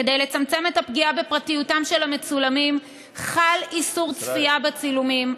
כדי לצמצם את הפגיעה בפרטיותם של המצולמים חל איסור צפייה בצילומים,